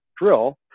drill